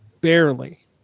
barely